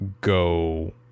go